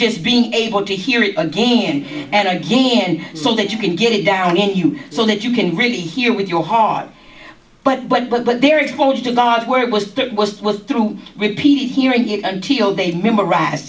just being able to hear it again and again so that you can get it down at you so that you can really hear with your heart but but but what they're exposed to guard where it was that was through repeated hearing it until they memorize